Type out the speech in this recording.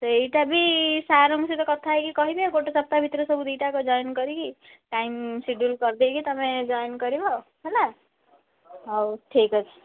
ସେଇଟା ବି ସାର୍ଙ୍କ ସହିତ କଥା ହେଇକି କହିବି ଆଉ ଗୋଟେ ସପ୍ତାହ ଭିତରେ ସବୁ ଦୁଇଟା ଯାକ ଜଏନ୍ କରିକି ଟାଇମ୍ ସିଡ୍ୟୁଲ୍ କରିଦେଇକି ତୁମେ ଜଏନ୍ କରିବ ହେଲା ହଉ ଠିକ୍ ଅଛି